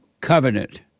covenant